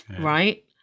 right